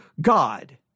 God